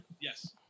yes